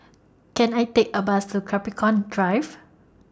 Can I Take A Bus to Capricorn Drive